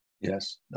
yes